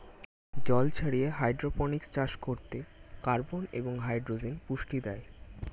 জল ছাড়িয়ে হাইড্রোপনিক্স চাষ করতে কার্বন এবং হাইড্রোজেন পুষ্টি দেয়